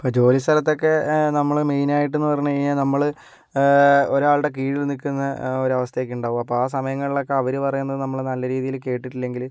ഇപ്പോൾ ജോലി സ്ഥലത്തൊക്കെ നമ്മള് മെയിനായിട്ടെന്ന് പറഞ്ഞ് കഴിഞ്ഞാൽ നമ്മള് ഒരാളുടെ കീഴിൽ നിൽക്കുന്ന ഒര് അവസ്ഥയൊക്കെ ഉണ്ടാകും അപ്പം ആ സമയങ്ങളിലൊക്കെ അവര് പറയുന്നത് നമ്മൾ നല്ല രീതിയിൽ കേട്ടിട്ടില്ലെങ്കിൽ